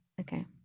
Okay